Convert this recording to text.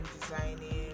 designing